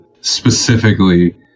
specifically